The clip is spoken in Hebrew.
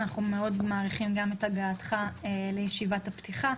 אנחנו מאוד מעריכים גם את הגעתך לישיבת הפתיחה.